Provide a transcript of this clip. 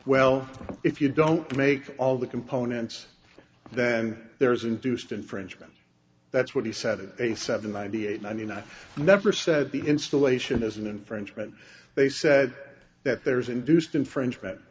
well if you don't make all the components then there's induced infringement that's what he said it a seven ninety eight ninety nine never said the installation is an infringement they said that there's induced infringement